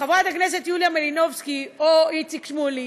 חברת הכנסת יוליה מלינובסקי או איציק שמולי